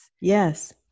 Yes